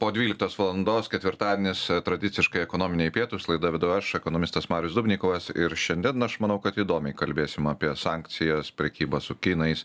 po dvyliktos valandos ketvirtadienis tradiciškai ekonominiai pietūs laidą vedu aš ekonomistas marius dubnikovas ir šiandien aš manau kad įdomiai kalbėsim apie sankcijas prekybą su kinais